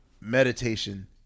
meditation